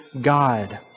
God